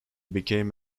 became